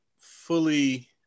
fully